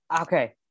okay